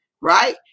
right